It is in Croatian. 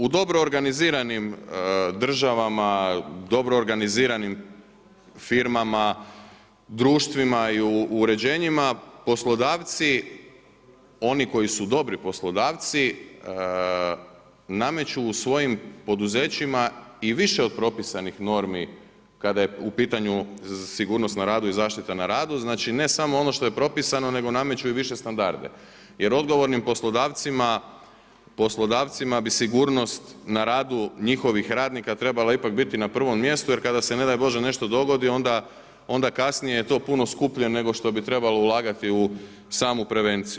U dobro organiziranim državama, dobro organiziranim firmama, društvima i uređenjima poslodavci oni koji su dobri poslodavci nameću u svojim poduzećima i više od propisanih normi kada je u pitanju sigurnost i zaštita na radu, znači ne samo ono što je propisani nego nameću i više standarde jer odgovornim poslodavcima bi sigurnost na radu njihovih radnika trebala ipak biti na prvom mjestu jer kada se ne daj Bože nešto dogodi onda kasnije je to puno skuplje nego što bi trebalo ulagati u samu prevenciju.